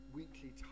weekly